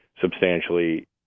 substantially